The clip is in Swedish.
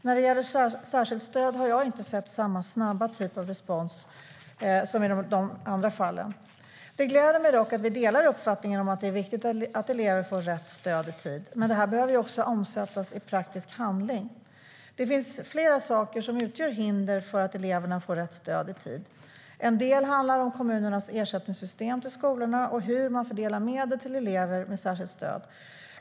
När det gäller särskilt stöd har jag inte sett samma snabba typ av respons som i de andra fallen. Det gläder mig att vi delar uppfattningen att det är viktigt att elever får rätt stöd i tid, men det här behöver också omsättas i praktisk handling. Det finns flera saker som utgör hinder för att eleverna får rätt stöd i tid. En del handlar om kommunernas ersättningssystem till skolorna och hur man fördelar medel till elever med särskilt stöd.